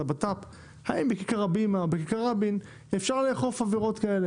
לביטחון פנים האם בכיכר הבימה או בכיכר רבין אפשר לאכוף עבירות כאלה.